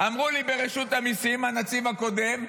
אמרו לי ברשות המיסים, הנציב הקודם,